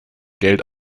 geld